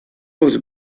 was